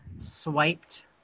Swiped